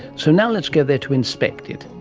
so now let's go there to inspect it.